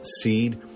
seed